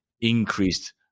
increased